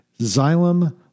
Xylem